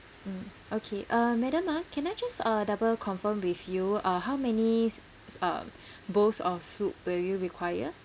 mm okay uh madam ang can I just uh double confirm with you uh how many uh bowls of soup will you require